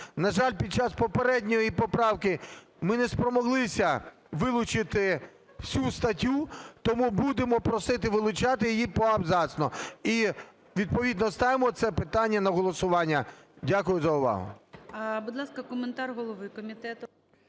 На жаль, під час попередньої поправки ми не спромоглися вилучити всю статтю, тому будемо просити вилучати її поабзацно. І відповідно ставимо це питання на голосування. Дякую за увагу.